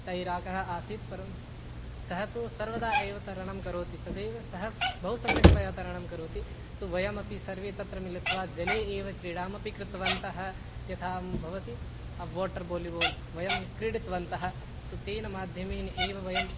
तैराकः आसीत् परं सः तु सर्वदा एव तरणं करोति तदेव सः बहुसम्यक्तया तरणं करोति तु वयमपि सर्वे तत्र मिलित्वा जले एव क्रीडामपि कृतवन्तः यथा भवति वाटर् वालिबाल् वयं क्रीडितवन्तः तु तेन माध्यमेन एव वयं